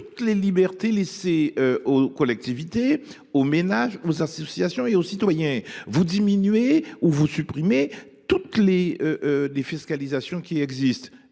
toutes les libertés laissées aux collectivités, aux ménages, aux associations et aux citoyens ; vous diminuez ou vous supprimez toutes les défiscalisations qui existent.